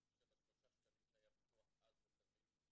של השלושה שקלים שהיה ביטוח אז לתלמיד.